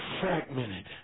fragmented